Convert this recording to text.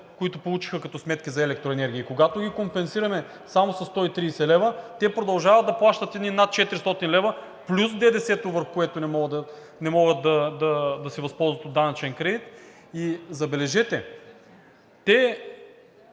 които получиха като сметки за електроенергия, и когато ги компенсираме само със 130 лв., те продължават да плащат едни над 400 лв. плюс ДДС, върху които не могат да се възползват от данъчен кредит. И забележете, те